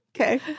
okay